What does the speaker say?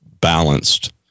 balanced